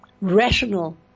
rational